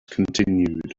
continued